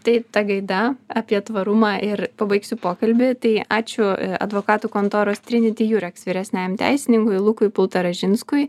tai ta gaida apie tvarumą ir pabaigsiu pokalbį tai ačiū advokatų kontoros triniti jurex vyresniajam teisininkui lukui pultaražinskui